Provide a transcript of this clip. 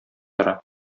тора